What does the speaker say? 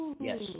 Yes